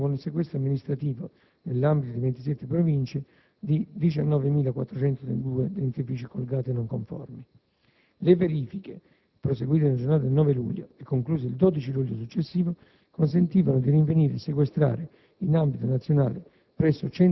terminavano con il sequestro amministrativo, nell'ambito di 27 province, di 19.402 dentifrici "Colgate" non conformi. Le verifiche, proseguite nella giornata del 9 luglio e concluse il 12 luglio successivo, consentivano di rinvenire e sequestrare in ambito nazionale